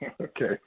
Okay